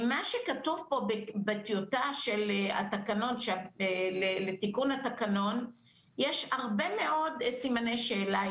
ממה שכתוב פה בטיוטה של התקנות לתיקון התקנון יש הרבה מאוד סימני שאלה,